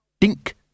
Dink